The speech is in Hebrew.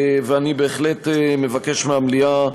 אני בהחלט מבקש מהמליאה,